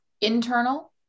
internal